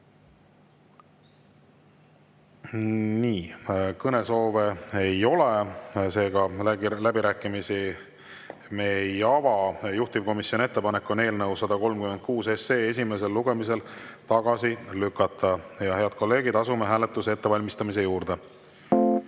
Kõnesoove ei ole, seega me läbirääkimisi ei ava. Juhtivkomisjoni ettepanek on eelnõu 136 esimesel lugemisel tagasi lükata. Head kolleegid, asume hääletamise ettevalmistamise juurde.